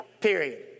period